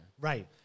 Right